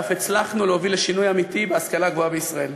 ואף הצלחנו להוביל לשינוי אמיתי בהשכלה הגבוהה בישראל.